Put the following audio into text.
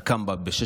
אתה קם ב-06:00,